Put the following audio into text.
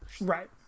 Right